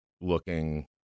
looking